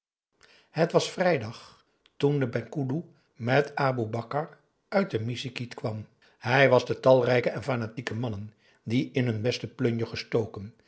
het was vrijdag toen de penghoeloe met aboe bakar uit de missigit kwam hij was de talrijke en fanatieke mannen die in hun beste plunje gestoken